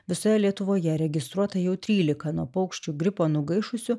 visoje lietuvoje registruota jau trylika nuo paukščių gripo nugaišusių